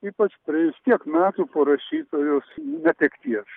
ypač praėjus tiek metų po rašytojos netekties